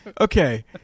Okay